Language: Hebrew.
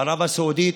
ערב הסעודית,